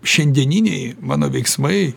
šiandieniniai mano veiksmai